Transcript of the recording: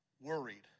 worried